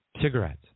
cigarettes